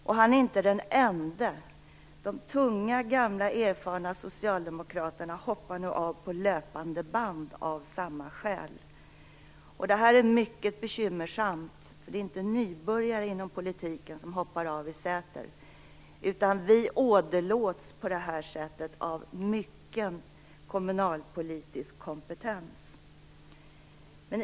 Och han är inte den ende. De tunga, gamla och erfarna socialdemokraterna hoppar nu av på löpande band av samma skäl. Detta är mycket bekymmersamt. Det är inte fråga om några nybörjare inom politiken som hoppar av i Säter, utan vi åderlåts på mycket kommunalpolitisk kompetens.